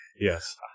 yes